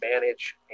manage